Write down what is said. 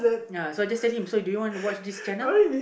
ya I just tell him so do you want to watch this channel